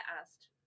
asked